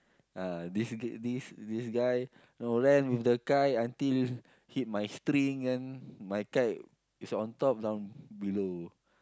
uh this this this guy you know ran with the kite until hit my string then my kite is on top now below